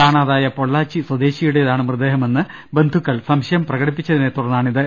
കാണാതായ പൊള്ളാച്ചി ്ര്യദേശിയുടേതാണ് മൃതദേഹ മെന്ന് ബന്ധുക്കൾ സംശയം പ്രകടിപ്പിച്ചതിനെത്തുടർന്നാണിത്